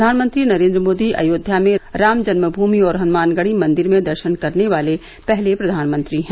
प्रधानमंत्री नरेंद्र मोदी अयोध्या में राम जन्ममूमि और हनुमानगढ़ी मंदिर में दर्शन करने वाले पहले प्रधानमंत्री हैं